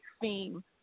theme